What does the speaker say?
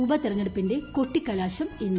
ഉപതെരഞ്ഞെടുപ്പിന്റെ കൊട്ടിക്കില്ലാശം ഇന്ന്